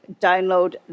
download